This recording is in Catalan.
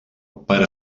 per